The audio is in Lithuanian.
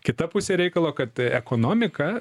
kita pusė reikalo kad ekonomika